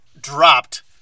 dropped